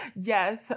Yes